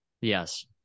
Yes